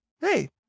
hey